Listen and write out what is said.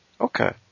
Okay